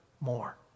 more